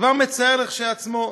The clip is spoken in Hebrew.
דבר מצער כשלעצמו.